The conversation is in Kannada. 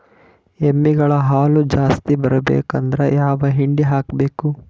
ಎಮ್ಮಿ ಗಳ ಹಾಲು ಜಾಸ್ತಿ ಬರಬೇಕಂದ್ರ ಯಾವ ಹಿಂಡಿ ಹಾಕಬೇಕು?